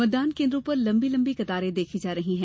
मतदान केन्द्रों पर लंबी लंबी कतारें देखी जा रही हैं